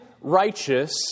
righteous